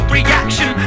reaction